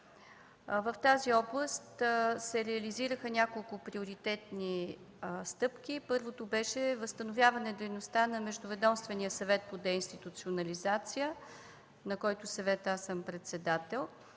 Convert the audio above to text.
В тази област се реализираха няколко приоритетни стъпки. Първото беше възстановяване дейността на Междуведомствения съвет по деинституционализация, на който аз съм председател.